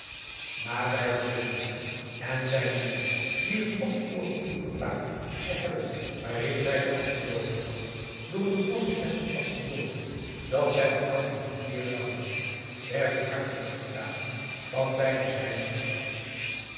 bij dat tusschen hem en zijne moeder die een vast voorgevoel verklaarde te hebben waarin zij den asgeloppen nacht door een droom bevestigd was geworden dat zij elkander niet weêr zouden zien werden hartelijke tranen van beide zijden gestort